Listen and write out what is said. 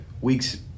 weeks